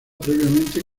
previamente